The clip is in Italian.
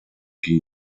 chi